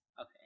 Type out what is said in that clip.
Okay